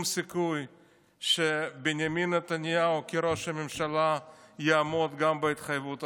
שבנימין נתניהו כראש הממשלה יעמוד גם בהתחייבות הזאת שלו.